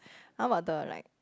how about the like